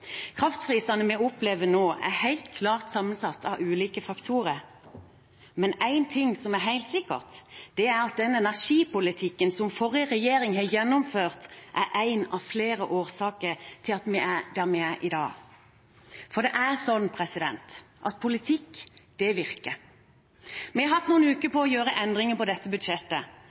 Kraftprisene vi opplever nå, er helt klart sammensatt av ulike faktorer, men én ting som er helt sikkert, er at den energipolitikken som forrige regjering har gjennomført, er én av flere årsaker til at vi er der vi er i dag. For det er sånn at politikk virker. Vi har hatt noen uker på å gjøre endringer på dette budsjettet.